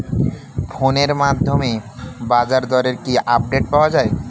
ফোনের মাধ্যমে বাজারদরের কি আপডেট পাওয়া যায়?